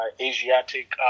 Asiatic